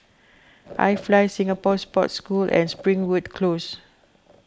iFly Singapore Sports School and Springwood Close